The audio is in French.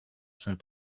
sont